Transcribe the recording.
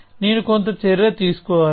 నేను కొంత చర్య తీసుకోవాలి